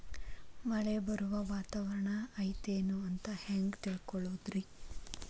ಮಳೆ ಬರುವ ವಾತಾವರಣ ಐತೇನು ಅಂತ ಹೆಂಗ್ ತಿಳುಕೊಳ್ಳೋದು ರಿ?